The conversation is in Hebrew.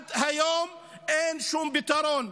ועד היום אין שום פתרון.